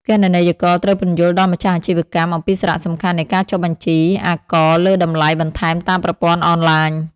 គណនេយ្យករត្រូវពន្យល់ដល់ម្ចាស់អាជីវកម្មអំពីសារៈសំខាន់នៃការចុះបញ្ជីអាករលើតម្លៃបន្ថែមតាមប្រព័ន្ធអនឡាញ។